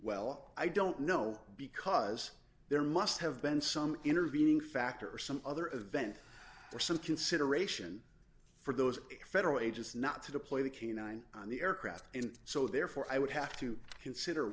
well i don't know because there must have been some intervening factor or some other event or some consideration for those federal agents not to deploy the canine on the aircraft and so therefore i would have to consider